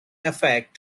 effect